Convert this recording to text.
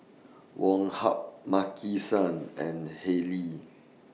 Woh Hup Maki San and Haylee